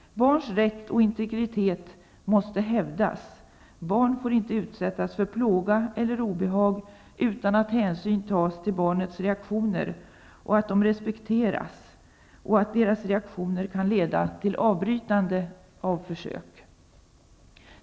Barns rätt och integritet måste hävdas. Barn får inte utsättas för plåga eller obehag utan att hänsyn tas till barnets reaktioner. Barnen måste respekteras och deras reaktioner måste kunna leda till att försök avbryts.